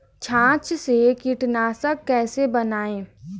छाछ से कीटनाशक कैसे बनाएँ?